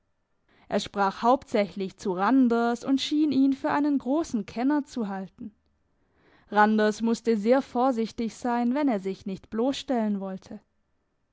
er sprach hauptsächlich zu randers und schien ihn für einen grossen kenner zu halten randers musste sehr vorsichtig sein wenn er sich nicht blossstellen wollte